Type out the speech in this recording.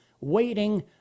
waiting